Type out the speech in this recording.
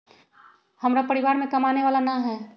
हमरा परिवार में कमाने वाला ना है?